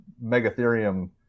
megatherium